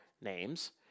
names